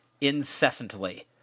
incessantly